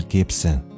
Gibson